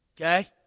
okay